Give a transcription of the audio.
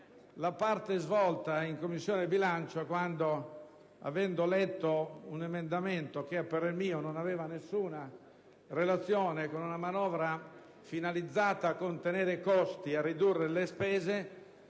la parte svolta in Commissione bilancio quando, avendo letto un emendamento che a parer mio non aveva nessuna relazione con una manovra finalizzata a contenere i costi e a ridurre le spese,